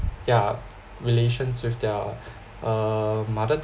yeah relations with their uh mother